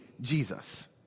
Jesus